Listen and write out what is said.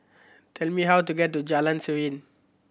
tell me how to get to Jalan Serene